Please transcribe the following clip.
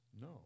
no